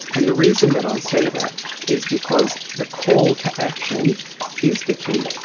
and the reason that i say that is because the call to action is the key.